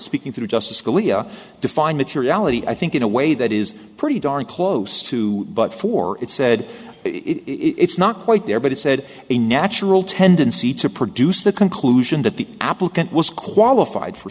speaking through justice scalia defined materiality i think in a way that is pretty darn close to but for it said it is not quite there but it said a natural tendency to produce the conclusion that the applicant was qualified for